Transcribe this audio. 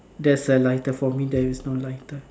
there is a lighter for me there is no lighter